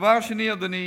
והדבר השני, אדוני,